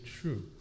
true